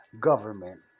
government